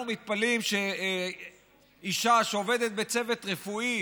אנחנו מתפלאים שאישה שעובדת בצוות רפואי